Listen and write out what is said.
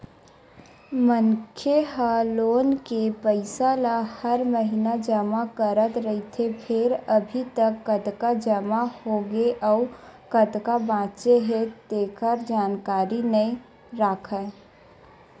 मनखे ह लोन के पइसा ल हर महिना जमा करत रहिथे फेर अभी तक कतका जमा होगे अउ कतका बाचे हे तेखर जानकारी नइ राखय